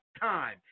Time